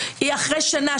היא אחרי שנה,